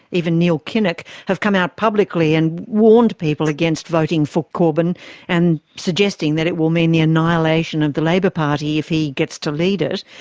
even neil kinnock have come out publicly and warned people against voting for corbyn and suggesting that it will mean the annihilation of the labour party if he gets to lead it.